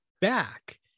back